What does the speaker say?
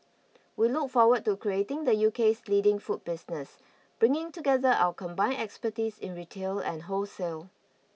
we look forward to creating the UK's leading food business bringing together our combined expertise in retail and wholesale